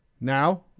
Now